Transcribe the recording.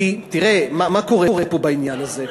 כי תראה, מה קורה פה בעניין הזה?